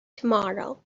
tomorrow